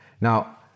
Now